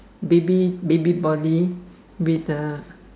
baby baby body with the